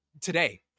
Today